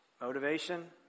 motivation